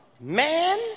Man